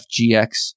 FGX